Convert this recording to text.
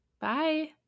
Bye